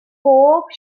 bob